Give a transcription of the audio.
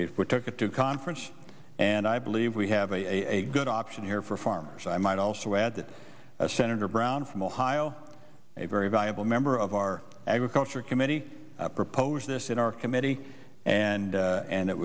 if we took it to conference and i believe we have a good option here for farmers i might also i had a senator brown from ohio a very valuable member of our agriculture committee proposed this in our committee and and it